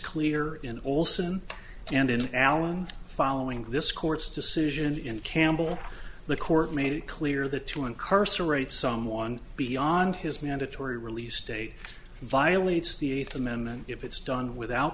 clear in olson and in allen following this court's decision in campbell the court made it clear that to incarcerate someone beyond his mandatory release date violates the eighth amendment if it's done without